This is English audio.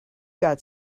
got